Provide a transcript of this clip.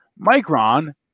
Micron